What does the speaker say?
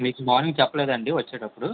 మీకు మార్నింగ్ చెప్పలేదా అండి వచ్చేటప్పుడు